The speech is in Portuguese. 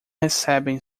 recebem